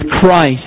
Christ